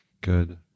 Good